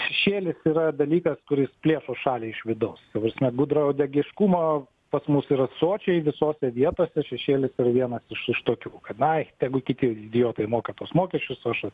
šešėlis yra dalykas kuris plėšo šalį iš vidaus ta prasme gudrauodegiškumo pas mus yra sočiai visose vietose šešėlis vienas iš iš tokių kad ai tegu kiti idiotai moka tuos mokesčius o aš